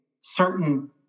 certain